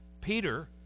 Peter